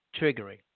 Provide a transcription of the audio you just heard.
triggering